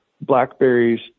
blackberries